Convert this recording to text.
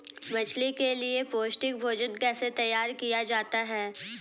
मछली के लिए पौष्टिक भोजन कैसे तैयार किया जाता है?